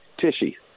Tishy